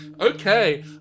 Okay